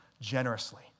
generously